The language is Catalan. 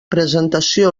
presentació